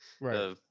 Right